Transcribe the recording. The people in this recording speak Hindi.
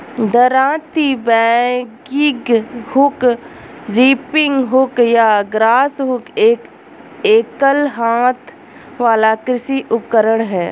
दरांती, बैगिंग हुक, रीपिंग हुक या ग्रासहुक एक एकल हाथ वाला कृषि उपकरण है